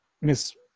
Miss